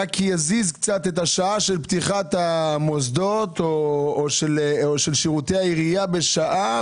רק אזיז קצת את השעה של פתיחת המוסדות או של שירותי העירייה בשעה,